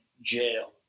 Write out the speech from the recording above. jail